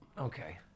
Okay